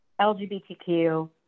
LGBTQ